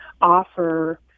offer